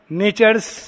nature's